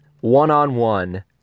one-on-one